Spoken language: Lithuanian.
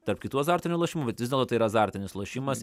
tarp kitų azartinių lošimų bet vis dėlto tai yra azartinis lošimas